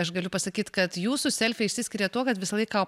aš galiu pasakyt kad jūsų selfiai išsiskiria tuo kad visą laiką